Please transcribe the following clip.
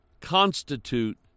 constitute